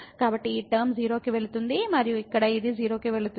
కాబట్టి ఈ టర్మ 0 కి వెళుతుంది మరియు ఇక్కడ ఇది 0 కి వెళుతుంది